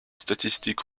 statistiques